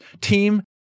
team